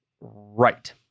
Right